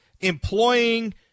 employing